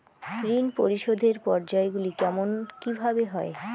ঋণ পরিশোধের পর্যায়গুলি কেমন কিভাবে হয়?